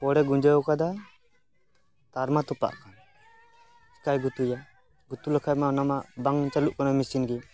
ᱠᱚᱲᱮ ᱜᱩᱸᱡᱟᱹᱣ ᱟᱠᱟᱫᱟ ᱛᱟᱨ ᱢᱟ ᱛᱚᱯᱟᱜ ᱟᱠᱟᱱ ᱪᱮᱠᱟᱭ ᱜᱩᱛᱩᱭᱟ ᱜᱩᱛᱩ ᱞᱮᱠᱷᱟᱱ ᱢᱟ ᱚᱱᱟ ᱢᱟ ᱵᱟᱝ ᱪᱟᱹᱞᱩᱜ ᱠᱟᱱᱟ ᱢᱮᱥᱤᱱ ᱜᱮ